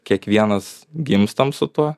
kiekvienas gimstam su tuo